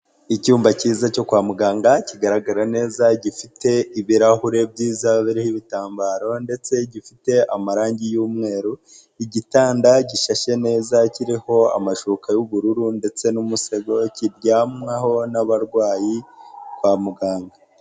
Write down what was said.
Icyumba cyiza cyo kwa muganga kigaragara neza, gifite ibirahure byiza biriho ibitambaro ndetse gifite amarangi y'umweru, igitanda gishashe neza, kiriho amashuka y'ubururu ndetse n'umusego, kiryamwaho n'abarwayi kwa muganga.